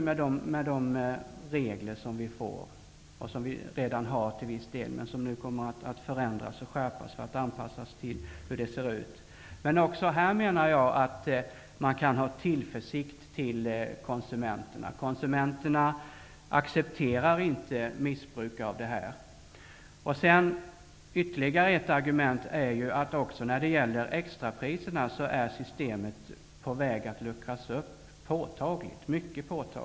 De hanteras med de regler som vi redan till viss del har, men som nu kommer att förändras och skärpas för att anpassas till dagens situation. Även här menar jag att man kan ha tillförsikt till konsumenterna. Konsumenterna accepterar inte missbruk. Ytterligare ett argument är att systemet med extrapriser är på väg att mycket påtagligt luckras upp.